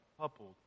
coupled